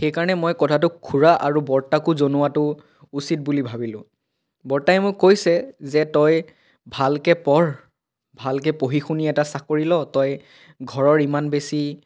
সেইকাৰণে মই কথাটো খুৰা আৰু বৰ্তাকো জনোৱাটো উচিত বুলি ভাবিলোঁ বৰ্তাই মোক কৈছে যে তই ভালকৈ পঢ় ভালকৈ পঢ়ি শুনি এটা চাকৰি ল' তই ঘৰৰ ইমান বেছি